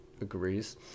agrees